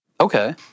Okay